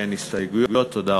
תודה.